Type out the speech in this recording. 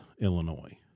Illinois